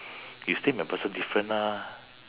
you stay macpherson different ah